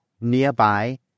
nearby